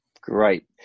Great